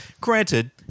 Granted